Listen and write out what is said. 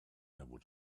able